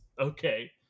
Okay